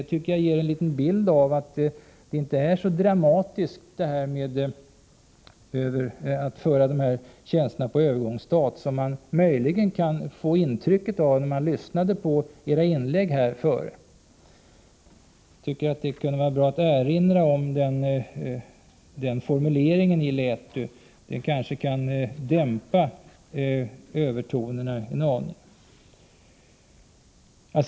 Det tycker jag ger en bild av att det inte är så dramatiskt att föra över dessa tjänster på övergångsstat som man möjligen kunde få intrycket av att det är, när man lyssnade på era inlägg här i kammaren. Det kan vara bra att erinra om den formuleringen i lärartjänstutredningen. Det kanske kan dämpa övertonerna en aning.